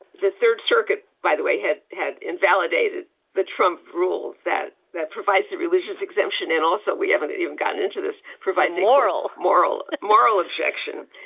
the third circuit, by the way, had had invalidated the trump rule that that provides a religious exemption. and also we haven't even gotten into this provides moral, moral, moral objection.